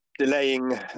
Delaying